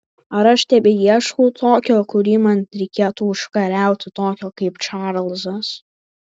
ar aš tebeieškau tokio kurį man reikėtų užkariauti tokio kaip čarlzas